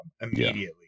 immediately